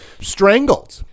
strangled